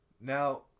Now